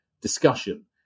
discussion